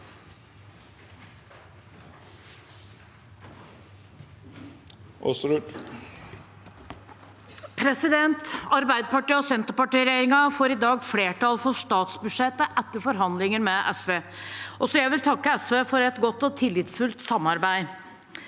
Arbeiderparti– Senterparti-regjeringen får i dag flertall for statsbudsjettet etter forhandlinger med SV. Også jeg vil takke SV for et godt og tillitsfullt samarbeid.